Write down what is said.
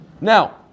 Now